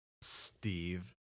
Steve